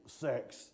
sex